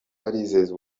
arizeza